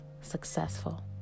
successful